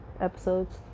episodes